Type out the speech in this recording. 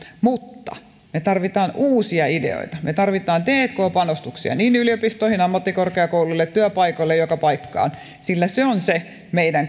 mutta me tarvitsemme uusia ideoita me tarvitsemme tk panostuksia yliopistoihin ammattikorkeakouluille työpaikoille joka paikkaan sillä se on se meidän